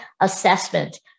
assessment